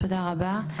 תודה רבה.